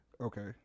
Okay